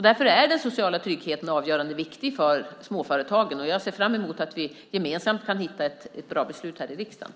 Därför är den sociala tryggheten avgörande viktig för småföretagen, och jag ser fram emot att vi gemensamt kan hitta ett bra beslut här i riksdagen.